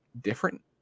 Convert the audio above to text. different